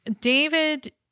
David